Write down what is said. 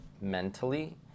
mentally